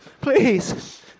Please